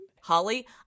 holly